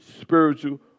spiritual